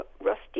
rusty